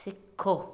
सिखो